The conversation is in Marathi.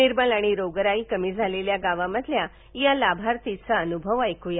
निर्मल आणि रोगराई कमी झालेल्या गावांमधल्या या लाभार्थीचा हा अन्भव ऐक्या